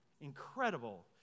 Incredible